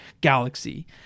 galaxy